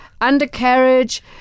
undercarriage